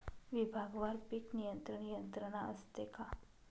विभागवार पीक नियंत्रण यंत्रणा असते का?